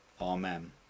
Amen